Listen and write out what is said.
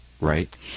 right